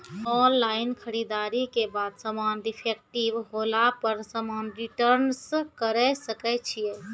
Online खरीददारी के बाद समान डिफेक्टिव होला पर समान रिटर्न्स करे सकय छियै?